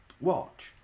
watch